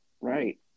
Right